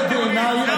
ובעיניי,